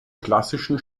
klassischen